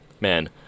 man